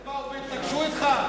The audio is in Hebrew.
הם באו והתנגשו אתך?